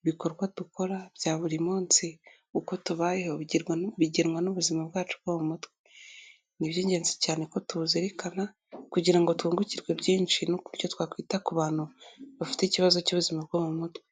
ibikorwa dukora bya buri munsi, uko tubayeho bigenwa n'ubuzima bwacu bwo mu mutwe. Ni iby'ingenzi cyane ko tuwuzirikana kugira ngo twungukirwe byinshi n'uburyo twakwita ku bantu bafite ikibazo cy'ubuzima bwo mu mutwe.